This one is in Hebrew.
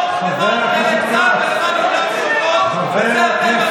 אלה שנשבעו אמונים ליהודה ושומרון ולמתיישבים,